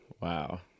Wow